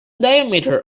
diameter